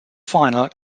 final